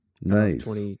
nice